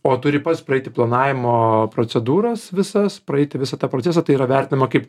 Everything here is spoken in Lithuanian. o turi pats praeiti planavimo procedūras visas praeiti visą tą procesą tai yra vertinama kaip